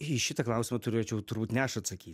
į šitą klausimą turėčiau turbūt ne aš atsakyt